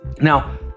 Now